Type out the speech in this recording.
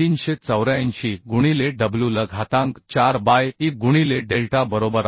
384 गुणिले wl घातांक 4 by E गुणिले डेल्टा बरोबर आहे